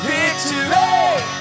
Victory